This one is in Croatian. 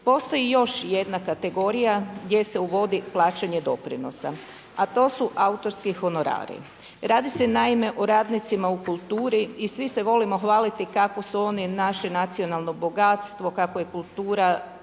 Postoji još jedna kategorija gdje se uvodi plaćanje doprinosa a to su autorski honorani. Radi se naime o radnicima u kulturi i svi se volimo hvaliti kako su oni naše nacionalno bogatstvo, kako je kultura